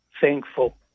thankful